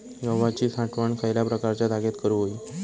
गव्हाची साठवण खयल्या प्रकारच्या जागेत करू होई?